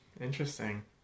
interesting